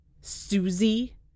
Susie